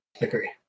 agree